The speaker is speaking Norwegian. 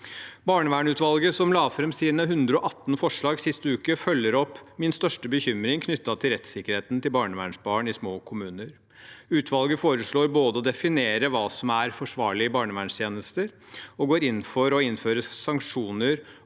Barnevernsutvalget, som la fram sine 118 forslag sist uke, følger opp min største bekymring knyttet til rettssikkerheten til barnevernsbarn i små kommuner. Utvalget foreslår å definere hva som er forsvarlige barnevernstjenester, og går inn for å innføre sanksjoner